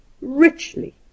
richly